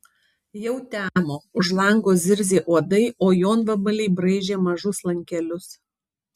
jau temo už lango zirzė uodai o jonvabaliai braižė mažus lankelius